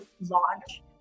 launch